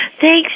Thanks